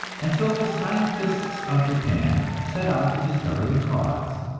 and so the scientists of japan set out to discover the cause,